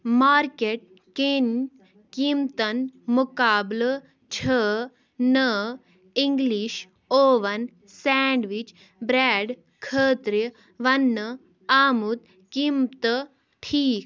market کیٚنۍ قیٖمتن مُقابلہٕ چھ نہٕ اِنگلِش اوٚون سینٛڈوِچ برٛٮ۪ڈ خٲطرِ وننہٕ آمُت قیٖمتہٕ ٹھیٖک